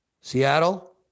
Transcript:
Seattle